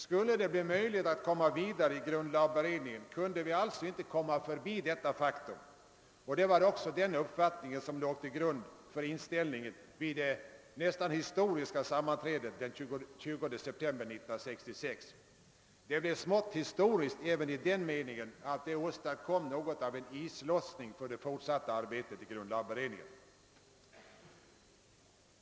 Skulle det bli möjligt att komma vidare i grundlagberedningen, kunde vi alltså inte gå förbi detta faktum. Det var också denna uppfattning som låg till grund för inställningen vid det nästan historiska sammanträdet den 20 september 1966. Det blev smått historiskt även i den meningen, att det åstadkom något av en islossning för det fortsatta arbetet i grundlagberedningen.